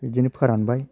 बिदिनो फोरानबाय